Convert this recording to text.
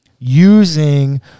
using